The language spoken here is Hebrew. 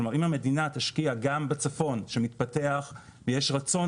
כלומר אם המדינה תשקיע גם בצפון שמתפתח ויש רצון